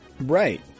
Right